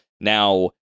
Now